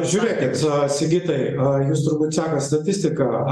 žiūrėkit sigitai jūs turbūt sekat statistiką